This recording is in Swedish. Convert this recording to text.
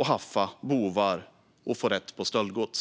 att haffa bovar och ta rätt på stöldgods.